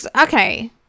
Okay